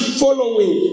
following